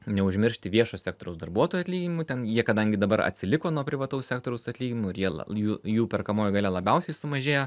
neužmiršti viešo sektoriaus darbuotojų atlyginimų ten jie kadangi dabar atsiliko nuo privataus sektoriaus atlyginimų ir jie la jų jų perkamoji galia labiausiai sumažėja